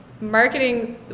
marketing